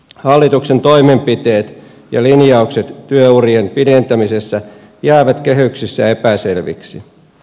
hallituksen toimenpiteet ja linjaukset työurien pidentämisessä jäävät kehyksissä epäselviksi